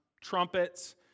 trumpets